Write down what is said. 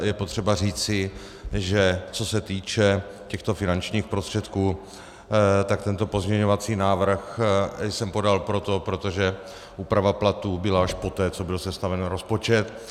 Je potřeba říci, že co se týče těchto finančních prostředků, tak tento pozměňovací návrh jsem podal proto, protože úprava platů byla až poté, co byl sestaven rozpočet.